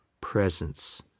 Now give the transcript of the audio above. presence